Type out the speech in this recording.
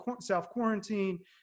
self-quarantine